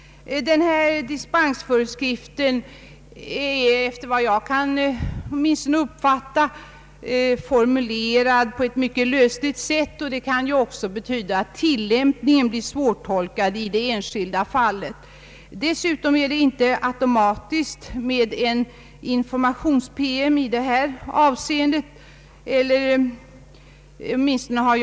Denna dispensföreskrift är, efter vad jag kan uppfatta, formulerad på ett mycket lösligt sätt. Det kan också betyda att tillämpningen blir besvärlig i det enskilda fallet. Dessutom innebär inte föreskrifterna att en person som är berörd av dem automatiskt får information om detta i informationspromemorian.